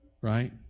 Right